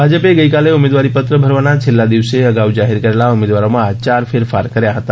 ભાજપે ગઇકાલે ઉમેદવારીપત્ર ભરવાના છેલ્લા દિવસે અગાઉ જાહેર કરેલા ઉમેદવારોમાં ચાર ફેરફાર કર્યા હતા